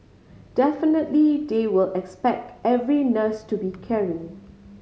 definitely they will expect every nurse to be caring